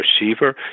receiver